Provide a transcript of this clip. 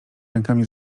rękami